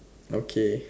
okay